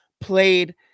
played